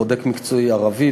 בודק מקצועי ערבי,